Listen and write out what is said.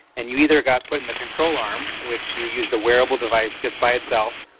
and you either got put in the control arm, which you used a wearable device just by itself,